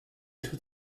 tritt